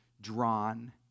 drawn